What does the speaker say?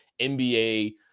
NBA